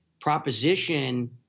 proposition